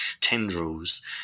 tendrils